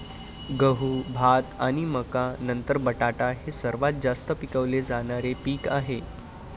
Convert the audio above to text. गहू, भात आणि मका नंतर बटाटा हे सर्वात जास्त पिकवले जाणारे पीक आहे